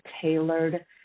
tailored